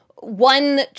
one